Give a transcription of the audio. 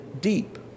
deep